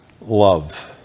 love